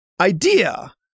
idea